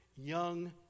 Young